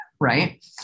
right